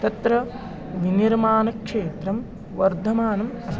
तत्र विनिर्माणक्षेत्रं वर्धमानम् अस्ति